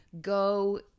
go